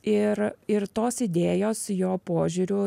ir ir tos idėjos jo požiūriu